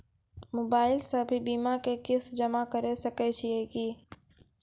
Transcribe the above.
Mobile से भी बीमा के किस्त जमा करै सकैय छियै कि?